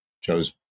chose